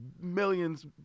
millions